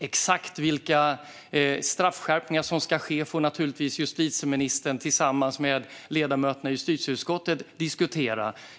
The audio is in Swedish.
Exakt vilka straffskärpningar som ska ske får naturligtvis justitieministern tillsammans med ledamöterna i justitieutskottet diskutera.